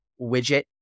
widget